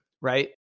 right